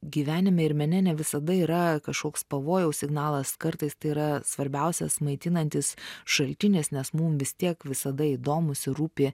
gyvenime ir mene ne visada yra kažkoks pavojaus signalas kartais tai yra svarbiausias maitinantis šaltinis nes mum vis tiek visada įdomūs rūpi